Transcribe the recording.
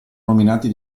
nominati